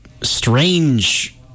strange